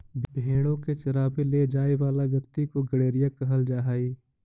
भेंड़ों को चरावे ले जाए वाला व्यक्ति को गड़ेरिया कहल जा हई